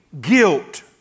guilt